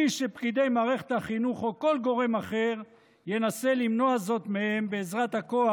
שפקידי מערכת החינוך או כל גורם אחר ינסה למנוע זאת מהם בעזרת הכוח